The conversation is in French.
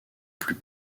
plus